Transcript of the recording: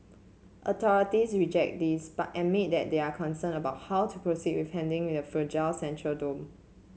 authorities reject this but admit they are concerned about how to proceed with handling the fragile central dome